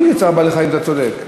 חוקי צער בעלי-חיים, אתה צודק.